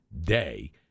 day